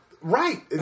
Right